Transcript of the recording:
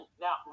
Now